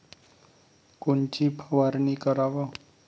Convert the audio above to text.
कोनची फवारणी कराव?